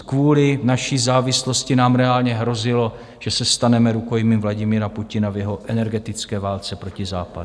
Kvůli naší závislosti nám reálně hrozilo, že se staneme rukojmím Vladimira Putina v jeho energetické válce proti západu.